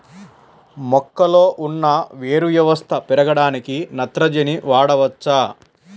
మొక్కలో ఉన్న వేరు వ్యవస్థ పెరగడానికి నత్రజని వాడవచ్చా?